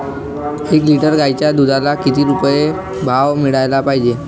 एक लिटर गाईच्या दुधाला किती रुपये भाव मिळायले पाहिजे?